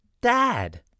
Dad